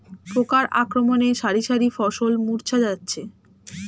পোকার আক্রমণে শারি শারি ফসল মূর্ছা যাচ্ছে